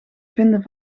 vinden